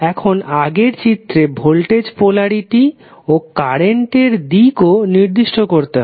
এখন আগের চিত্রে ভোল্টেজ পোলারিটি ও কারেন্ট এর দিকও নির্দিষ্ট করতে হবে